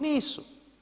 Nisu.